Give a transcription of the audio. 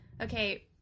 Okay